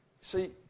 See